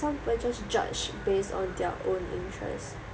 some of them just judge based on their own interest